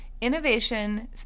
Innovation